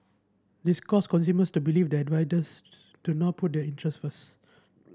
this caused consumers to believe that riders do not put their interests first